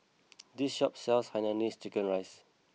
this shop sells Hainanese Chicken Rice